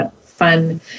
fun